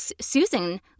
Susan